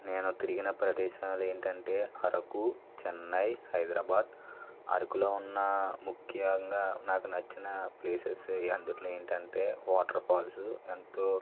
నేను తిరిగిన ప్రదేశాలు ఏంటంటే అరకు చెన్నై హైదరాబాదు అరకులో ఉన్న ముఖ్యంగా నాకు నచ్చిన ప్లేసెస్ అందులో ఏంటంటే వాటర్ ఫాల్స్ ఎంతో